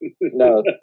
No